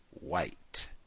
white